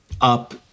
up